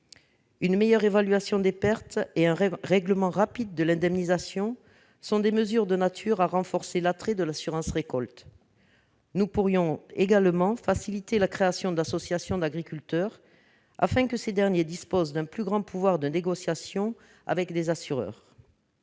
Une meilleure évaluation des pertes et un règlement rapide de l'indemnisation seraient ainsi de nature à renforcer cet attrait. Nous pourrions également faciliter la création d'associations d'agriculteurs, afin que ces derniers disposent d'un plus grand pouvoir de négociation avec les assureurs.